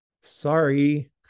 sorry